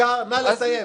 ידידי היקר, נא לסיים.